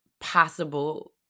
possible